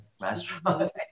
restaurant